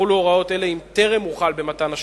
יחולו הוראות אלה אם טרם הוחל במתן השירות,